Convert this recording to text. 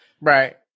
Right